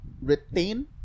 retain